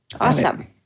Awesome